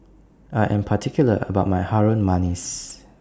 I Am particular about My Harum Manis